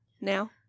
Now